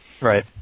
Right